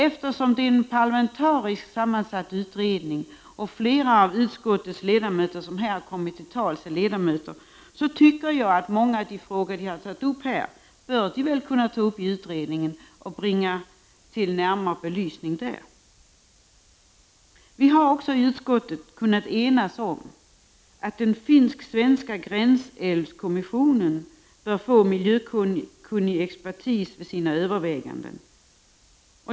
Eftersom det är en parlamentariskt sammansatt utredning och flera av utskottets ledamöter, som här har kommit till tals, är med där, tycker jag att de i utredningen kan ta upp många av de frågor som de har tagit upp här och bringa dem till närmare belysning. Vi har i utskottet också kunnat enas om att den finsk-svenska gränsälvskommissionen bör få tillgång till miljökunnig expertis vid sina överväganden.